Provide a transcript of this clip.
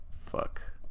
fuck